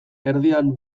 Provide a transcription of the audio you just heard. erdian